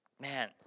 Man